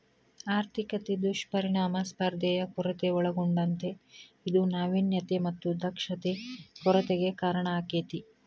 ಆರ್ಥಿಕತೆ ದುಷ್ಪರಿಣಾಮ ಸ್ಪರ್ಧೆಯ ಕೊರತೆ ಒಳಗೊಂಡತೇ ಇದು ನಾವಿನ್ಯತೆ ಮತ್ತ ದಕ್ಷತೆ ಕೊರತೆಗೆ ಕಾರಣಾಕ್ಕೆತಿ